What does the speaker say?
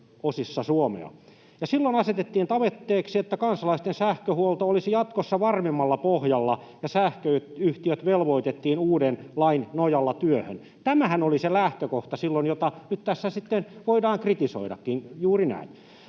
silloin asetettiin tavoitteeksi, että kansalaisten sähköhuolto olisi jatkossa varmemmalla pohjalla, ja sähköyhtiöt velvoitettiin uuden lain nojalla työhön. Tämähän oli silloin se lähtökohta, jota nyt tässä sitten voidaan kritisoidakin — juuri näin.